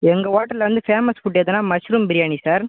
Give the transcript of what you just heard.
எங்கள் ஹோட்டலில் வந்து ஃபேமஸ் ஃபுட் எதுன்னா மஷ்ரூம் பிரியாணி சார்